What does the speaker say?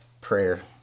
prayer